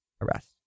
arrest